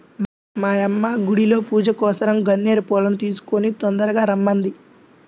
మా యమ్మ గుడిలో పూజకోసరం గన్నేరు పూలను కోసుకొని తొందరగా రమ్మంది